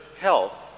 health